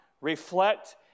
reflect